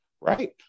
right